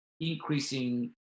increasing